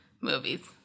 movies